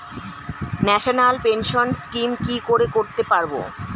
National pension scheme কি করে করতে পারব?